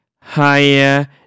higher